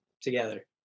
Together